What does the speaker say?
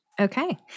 Okay